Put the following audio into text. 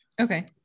Okay